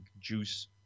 juice